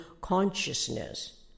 consciousness